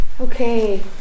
Okay